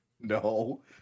No